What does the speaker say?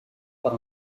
par